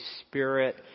Spirit